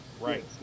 right